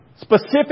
Specific